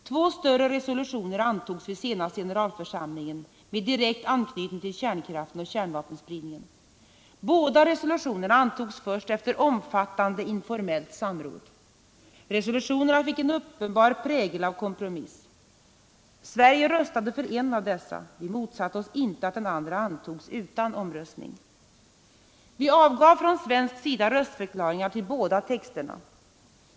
Två större resolutioner antogs vid senaste generalförsamlingen med direkt anknytning till kärnkraften och kärnvapenspridningen. Båda resolutionerna antogs först efter omfattande informellt samråd. Resolutionerna fick en uppenbar prägel av kompromiss. Sverige röstade för en av dessa. Vi motsatte oss inte att den andra antogs utan omröstning. Vi avgav från svensk sida röstförklaringar till båda texterna.